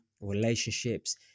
relationships